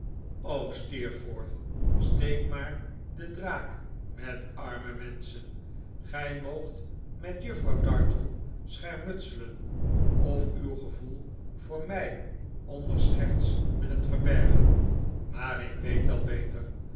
steek maar den draak met arme menschen gij moogt met juffrouw dartle schermutselen of uw gevoel voor mij onder scherts willen verbergen maar ik weet wel beter